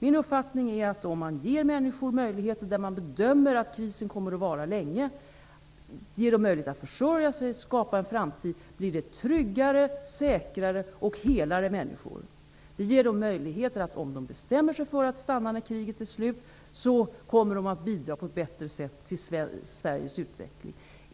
Min uppfattning är att om man bedömer att en kris kommer att vara länge blir människorna tryggare, säkrare och helare om man ger dem möjlighet att försörja sig och skapa en framtid. Om dessa människor bestämmer sig för att stanna när kriget är slut, kommer de på detta sätt att ha bättre möjligheter att bidra till Sveriges utveckling.